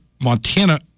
Montana